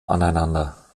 aneinander